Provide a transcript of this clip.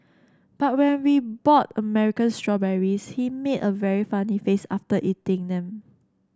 but when we bought American strawberries he made a very funny face after eating them